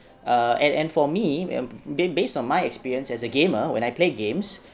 err and and for me um b~ based on my experience as a gamer when I play games